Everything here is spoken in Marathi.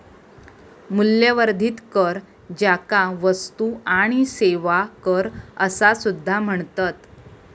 मूल्यवर्धित कर, ज्याका वस्तू आणि सेवा कर असा सुद्धा म्हणतत